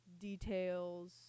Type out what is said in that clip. details